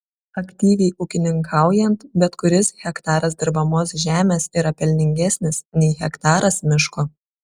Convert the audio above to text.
aktyviai ūkininkaujant bet kuris hektaras dirbamos žemės yra pelningesnis nei hektaras miško